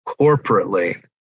corporately